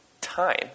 time